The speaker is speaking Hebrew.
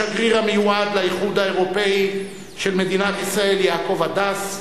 השגריר המיועד לאיחוד האירופי של מדינת ישראל יעקב הדס,